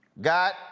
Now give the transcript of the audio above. got